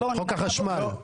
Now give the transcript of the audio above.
חוק החשמל.